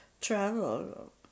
travel